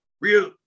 real